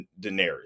Daenerys